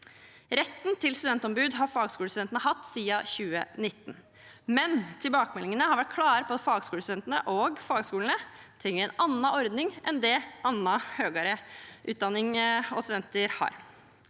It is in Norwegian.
Retten til studentombud har fagskolestudentene hatt siden 2019, men tilbakemeldingene har vært klare på at fagskolestudentene og fagskolene trenger en annen ordning enn det annen høyere utdanning og studenter har.